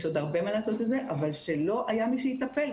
יש עוד הרבה מה לעשות, אבל שלא היה מי שיטפל.